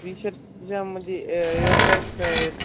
टीशर्टच्यामध्ये airbags आहेत